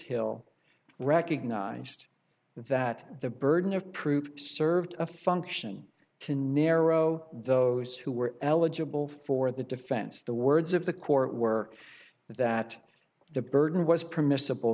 hill recognized that the burden of proof served a function to narrow those who were eligible for the defense the words of the court were that the burden was permissible